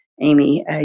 Amy